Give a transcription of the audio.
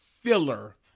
filler